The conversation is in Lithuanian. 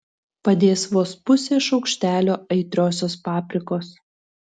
padės vos pusė šaukštelio aitriosios paprikos